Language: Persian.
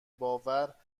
باور